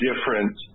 different